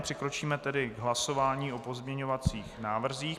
Přikročíme tedy k hlasování o pozměňovacích návrzích.